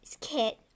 Kit